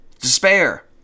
despair